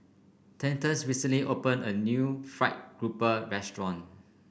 Thaddeus recently opened a new Fried Garoupa restaurant